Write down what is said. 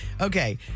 okay